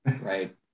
Right